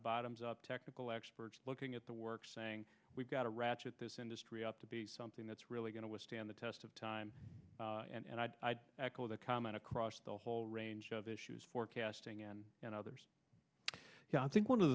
bottoms up technical experts looking at the work saying we've got to ratchet this industry ought to be something that's really going to stand the test of time and i'd echo that comment across the whole range of issues forecasting and and others i think one of